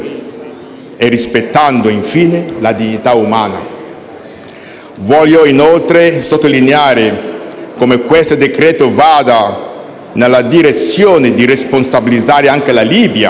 e rispettando infine la dignità umana. Voglio inoltre sottolineare come questo decreto-legge vada nella direzione di responsabilizzare anche la Libia.